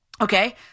okay